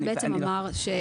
אמר,